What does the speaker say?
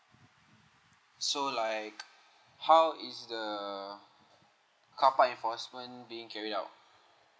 so like how is the car park enforcement being carried out